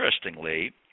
Interestingly